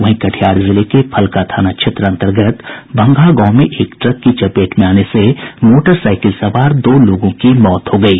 वहीं कटिहार जिले के फल्का थाना क्षेत्र अंतर्गत भंगहा गांव में एक ट्रक की चपेट में आने से मोटरसाईकिल सवार दो लोगों की मौत हो गयी